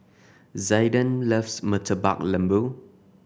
Zaiden loves Murtabak Lembu